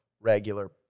regular